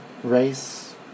race